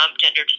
gender